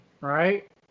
right